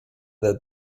the